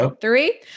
Three